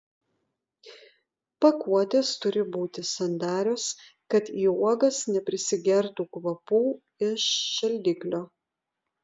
pakuotės turi būti sandarios kad į uogas neprisigertų kvapų iš šaldiklio